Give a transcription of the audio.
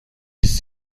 است